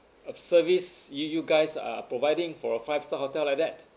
of service you you guys are providing for a five star hotel like that